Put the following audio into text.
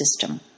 system